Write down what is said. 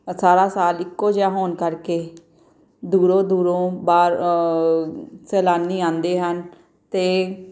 ਸਾਰਾ ਸਾਲ ਇੱਕੋ ਜਿਹਾ ਹੋਣ ਕਰਕੇ ਦੂਰੋ ਦੂਰੋਂ ਬਾਹਰ ਸੈਲਾਨੀ ਆਉਂਦੇ ਹਨ ਅਤੇ